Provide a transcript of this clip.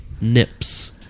Nips